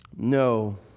No